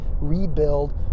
rebuild